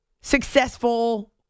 successful